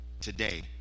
today